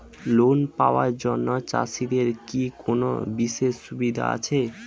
Loan পাওয়ার জন্য চাষিদের কি কোনো বিশেষ সুবিধা আছে?